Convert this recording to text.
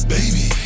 Baby